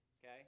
Okay